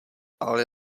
ale